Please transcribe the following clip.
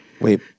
Wait